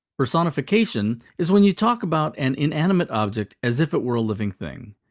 personification is when you talk about an inanimate object as if it were a living thing.